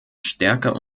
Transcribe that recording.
stärker